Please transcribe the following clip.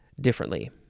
differently